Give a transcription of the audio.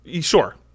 Sure